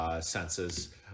senses